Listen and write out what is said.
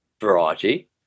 variety